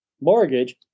mortgage